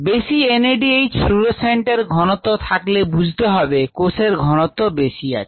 বেশি NADH fluorescent এর ঘনত্ব থাকলে বুঝতে হবে কোষের ঘনত্ব বেশি আছে